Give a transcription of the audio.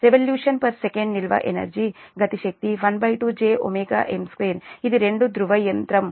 revolution per second నిల్వ energy గతిశక్తి ½ J m2 ఇది 2 ధ్రువ యంత్రం